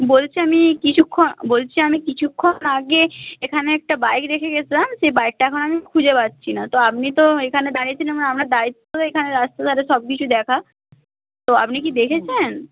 বলছি আমি কিছুক্ষ বলছি আমি কিছুক্ষণ আগে এখানে একটা বাইক রেখে গেছিলাম সেই বাইকটা এখন আমি খুঁজে পাচ্ছি না তো আপনি তো এখানে দাঁড়িয়েছিলেন মানে আপনার দায়িত্ব তো এখানে রাস্তার ধারে সব কিছু দেখা তো আপনি কি দেখেছেন